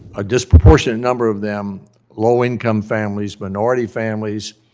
a disproportionate number of them low income families, minority families,